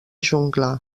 jungla